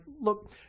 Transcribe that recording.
look